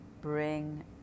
bring